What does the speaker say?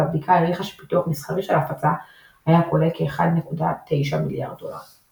והבדיקה העריכה שפיתוח מסחרי של ההפצה היה עולה כ־1.9 מיליארד דולר.